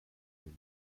une